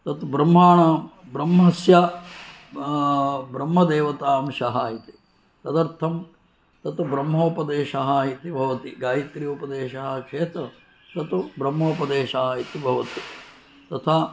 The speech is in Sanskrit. तत् ब्रह्माण ब्रह्मस्य ब्रह्मदेवतांशः इति तदर्थं तत् ब्रह्मोपदेशः इति भवति गायत्री उपदेशः चेत् स तु ब्रह्मोपदेशः इति भवति तथा